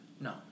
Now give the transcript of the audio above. No